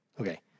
Okay